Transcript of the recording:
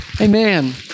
Amen